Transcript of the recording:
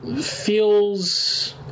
feels